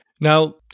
Now